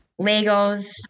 Legos